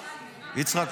יצחק,